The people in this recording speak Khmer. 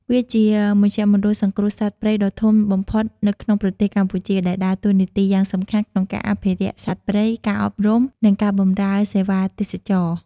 វាជាមជ្ឈមណ្ឌលសង្គ្រោះសត្វព្រៃដ៏ធំបំផុតនៅក្នុងប្រទេសកម្ពុជា ដែលដើរតួនាទីយ៉ាងសំខាន់ក្នុងការអភិរក្សសត្វព្រៃ ការអប់រំ និងការបម្រើសេវាទេសចរណ៍។